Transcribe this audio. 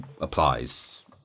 applies